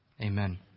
amen